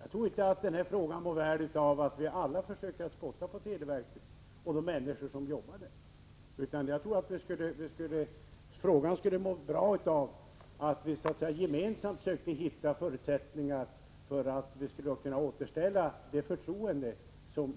Jag tror inte att den här frågan mår väl av att vi försöker spotta på televerket och de människor som arbetar där. I stället tror jag att frågan skulle må bra av att vi gemensamt söker hitta förutsättningarna för att återställa det förtroende som